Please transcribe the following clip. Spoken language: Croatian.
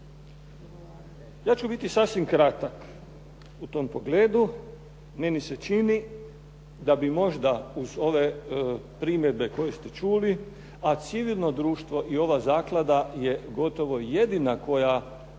Ja ću biti sasvim kratak u tom pogledu. Meni se čini da bi možda uz ove primjedbe koje ste čuli, a civilno društvo i ova zaklada je gotovo jedina koja